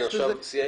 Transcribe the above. כן, אפשר.